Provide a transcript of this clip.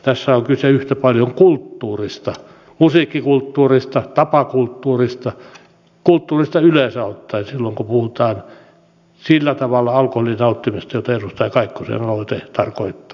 tässä on kyse yhtä paljon kulttuurista musiikkikulttuurista tapakulttuurista kulttuurista yleensä ottaen silloin kun puhutaan alkoholin nauttimisesta sillä tavalla jota edustaja kaikkosen aloite tarkoittaa